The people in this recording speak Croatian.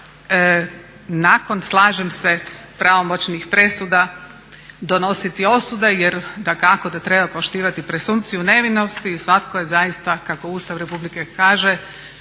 nakon slažem se pravomoćnih presuda donositi osude jer dakako da treba poštivati presumpciju nevinosti i svatko je zaista kako Ustav Republike